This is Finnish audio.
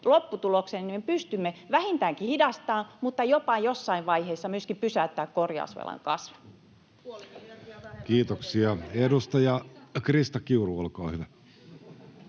niin me pystymme vähintäänkin hidastamaan mutta jopa jossain vaiheessa myöskin pysäyttämään korjausvelan kasvun. [Speech 79] Speaker: Jussi Halla-aho